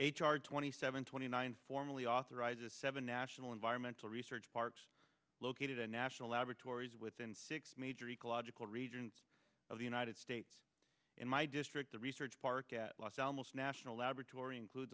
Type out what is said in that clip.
r twenty seven twenty nine formally authorizes seven national environmental research park located at national laboratories within six major ecological regions of the united states in my district the research park at los alamos national laboratory include